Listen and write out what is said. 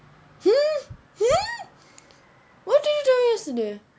hmm hmm what did you do yesterday